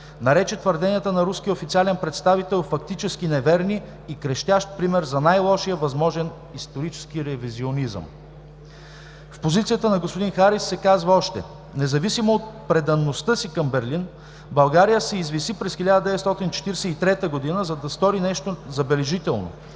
нарече твърденията на руския официален представител „фактически неверни и крещящ пример за най-лошия възможен исторически ревизионизъм“. В позицията на господин Харис се казва още: „Независимо от предаността си към Берлин, България се извиси през 1943 г., за да стори нещо забележително